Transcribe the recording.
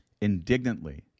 Indignantly